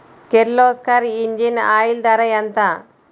Kirloskar engine oil ధర ఎంత?